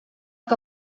que